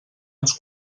ens